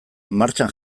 martxan